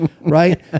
Right